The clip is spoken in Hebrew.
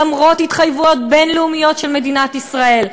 למרות התחייבויות בין-לאומיות של מדינת ישראל,